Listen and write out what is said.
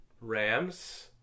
Rams